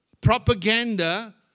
propaganda